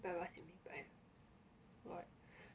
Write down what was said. !wah! mah 明白 word